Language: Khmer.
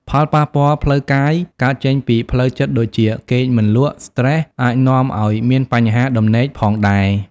ផលប៉ះពាល់ផ្លូវកាយ កើតចេញពីផ្លូវចិត្តដូចជា គេងមិនលក់ ស្ត្រេសអាចនាំឲ្យមានបញ្ហាដំណេកផងដែរ ។